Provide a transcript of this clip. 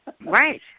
Right